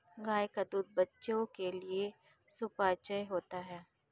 गाय का दूध बच्चों के लिए सुपाच्य होता है